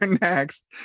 next